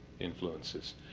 influences